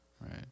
right